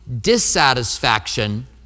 Dissatisfaction